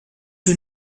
que